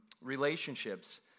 relationships